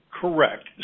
Correct